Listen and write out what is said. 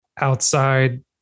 outside